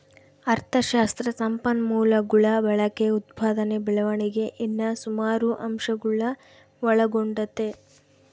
ಅಥಶಾಸ್ತ್ರ ಸಂಪನ್ಮೂಲಗುಳ ಬಳಕೆ, ಉತ್ಪಾದನೆ ಬೆಳವಣಿಗೆ ಇನ್ನ ಸುಮಾರು ಅಂಶಗುಳ್ನ ಒಳಗೊಂಡತೆ